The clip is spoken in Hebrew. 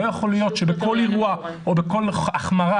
לא יכול להיות שבכל אירוע או בכל החמרה